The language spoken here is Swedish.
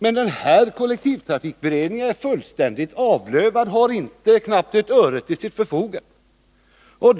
Men kollektivtrafikberedningen är fullständigt avlövad — den har knappt ett öre till sitt förfogande.